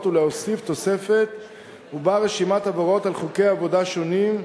ולהוסיף רשימת עבירות על חוקי עבודה שונים,